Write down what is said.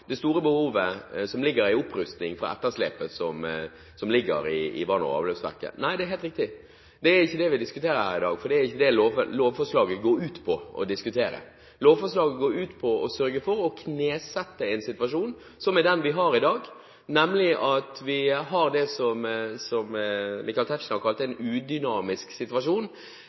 Det ble påpekt at vi ikke diskuterer det store behovet som ligger i opprustning på grunn av etterslepet i vann- og avløpsverket. Nei, det er helt riktig. Det er ikke det vi diskuterer her i dag, fordi det ikke er det lovforslaget går ut på å diskutere. Lovforslaget går ut på å sørge for å knesette den situasjonen vi har i dag, som Michael Tetzschner kalte en udynamisk situasjon